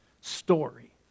story